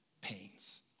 pains